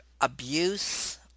abuse